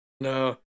No